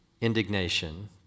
indignation